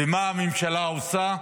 ומה הממשלה עושה?